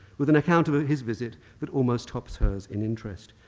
with an account about his visit that almost tops hers in interest.